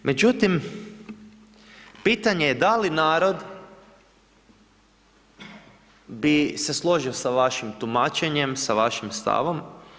Međutim, pitanje je da li narod bi se složio sa vašim tumačenjem, sa vašim stavom?